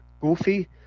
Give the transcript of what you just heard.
goofy